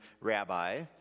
rabbi